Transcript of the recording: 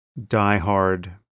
diehard